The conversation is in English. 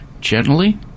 gently